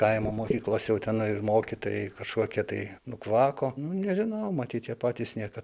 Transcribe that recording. kaimo mokyklos jau tenai ir mokytojai kažkokie tai nukvako nu nežinau matyt jie patys niekad